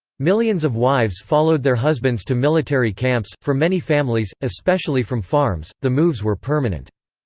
millions of wives followed their husbands to military camps for many families, especially from farms, the moves were permanent.